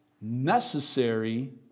necessary